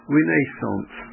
Renaissance